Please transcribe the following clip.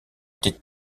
était